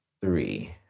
three